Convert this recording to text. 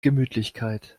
gemütlichkeit